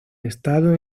estado